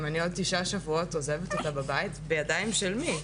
אם אני עוד תשעה שבועות עוזבת אותה בבית בידיים של מי?